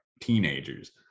teenagers